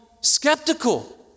skeptical